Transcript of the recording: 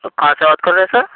تو کہاں سے بات کر رہے ہیں سر